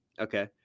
Okay